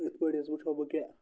اِتھ پٲٹھۍ حظ وٕچھو بہٕ کہِ